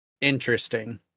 interesting